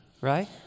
right